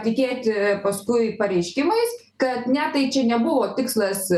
tikėti paskui pareiškimais kad ne tai čia nebuvo tikslas